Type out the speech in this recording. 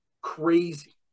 crazy